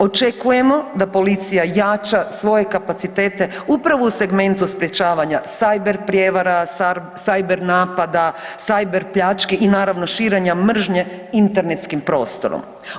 Očekujemo da policija jača svoje kapacitete upravo u segmentu sprječavanja cyber prijevara, cyber napada, cyber pljački i naravno širenja mržnje internetskim prostorom.